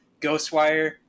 Ghostwire